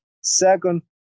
Second